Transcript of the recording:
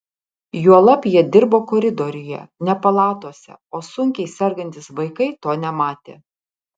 juolab jie dirbo koridoriuje ne palatose o sunkiai sergantys vaikai to nematė